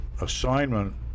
assignment